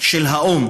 של האו"ם,